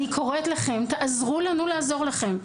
אני קוראת לכם, תעזרו לנו לעזור לכם.